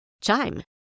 Chime